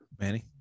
Manny